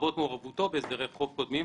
לרבות מעורבותו בהסדרי חוב קודמים,